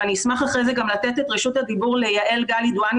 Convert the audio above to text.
ואשמח לתת את רשות הדיבור ליעל גאלי דואני